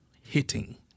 hitting